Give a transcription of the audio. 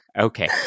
Okay